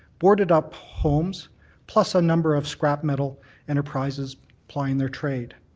boarded-up homes plus a number of scrap metal enterprises plying their trade.